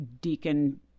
deacon